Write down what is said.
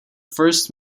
first